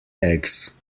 eggs